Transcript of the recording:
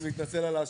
אני מתנצל על ההשוואה.